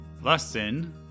Lesson